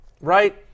Right